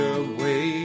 away